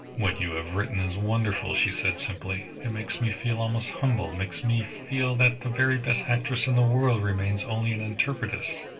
what you have written is wonderful, she said simply. it makes me feel almost humble, makes me feel that the very best actress in the world remains only an interpretress.